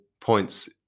points